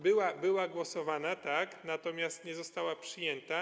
Była głosowana, tak, natomiast nie została przyjęta.